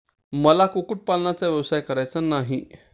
मला कुक्कुटपालन व्यवसाय करायचा नाही